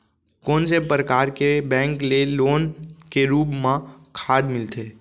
कोन से परकार के बैंक ले लोन के रूप मा खाद मिलथे?